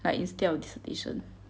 like instead of dissertation